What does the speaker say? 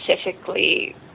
specifically